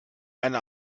eine